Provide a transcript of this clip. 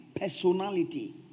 personality